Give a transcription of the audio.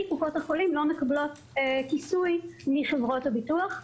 קופות החולים לא מקבלות כיסוי מחברות הביטוח.